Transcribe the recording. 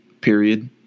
Period